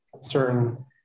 certain